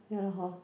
ya lor hor